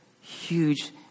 huge